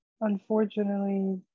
unfortunately